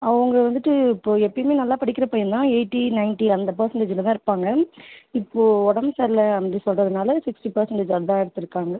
அவங்க வந்துவிட்டு இப்போது எப்போயுமே நல்லா படிக்கிற பையன் தான் எயிட்டி நைன்ட்டி அந்த பர்ஸண்டேஜில் தான் இருப்பாங்க இப்போது உடம்பு சரியில்லை அப்படி சொல்கிறதுனால சிக்ஸ்ட்டி பர்ஸண்டேஜ் அதான் எடுத்திருக்காங்க